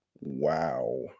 Wow